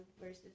versus